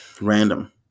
random